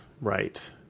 right